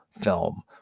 film